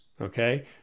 okay